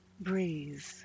Breathe